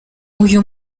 uyu